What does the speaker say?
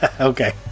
okay